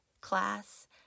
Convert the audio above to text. class